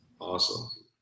awesome